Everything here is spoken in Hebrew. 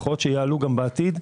שהם יעלו גם בעתיד.